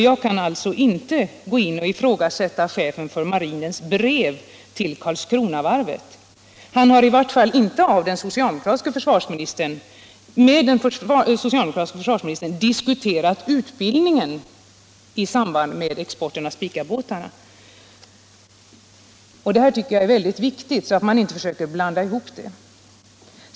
Jag kan inte ifrågasätta eller diskutera vad som står i chefens för marinen brev till Karlskronavarvet. Han har i vart fall inte med den socialdemokratiske förre försvarsministern diskuterat utbildningen i samband med exporten av Spicabåtarna. Detta tycker jag är mycket viktigt, och man bör inte försöka blanda bort detta faktum.